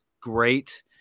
great